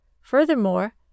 Furthermore